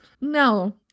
No